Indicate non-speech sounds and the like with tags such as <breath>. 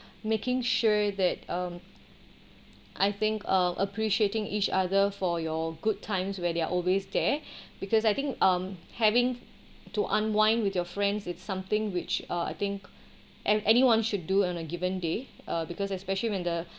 making sure that um I think uh appreciating each other for your good times where they're always there <breath> because I think um having to unwind with your friends it's something which uh I think an anyone should do on a given day uh because especially when the